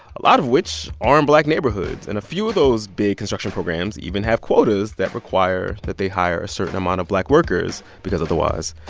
a lot of which are in black neighborhoods. and a few of those big construction programs programs even have quotas that require that they hire a certain amount of black workers because otherwise,